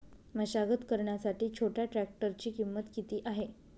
मशागत करण्यासाठी छोट्या ट्रॅक्टरची किंमत किती आहे?